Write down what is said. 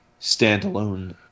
standalone